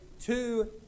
two